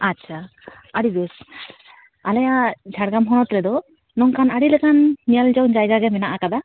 ᱟᱪᱪᱷᱟ ᱟᱹᱰᱤ ᱵᱮᱥ ᱟᱞᱮᱭᱟᱜ ᱡᱷᱟᱲᱜᱨᱟᱢ ᱦᱚᱱᱚᱛ ᱨᱮᱫᱚ ᱱᱚᱝᱠᱟᱱ ᱟᱹᱰᱤ ᱞᱮᱠᱟᱱ ᱧᱮᱞ ᱡᱚᱝ ᱡᱟᱭᱜᱟ ᱜᱮ ᱢᱮᱱᱟᱜ ᱠᱟᱫᱟ